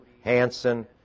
Hanson